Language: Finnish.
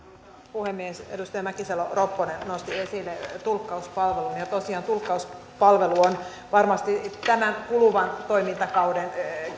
puhemies edustaja mäkisalo ropponen nosti esille tulkkauspalvelun tosiaan tulkkauspalvelu on varmasti tämän kuluvan toimintakauden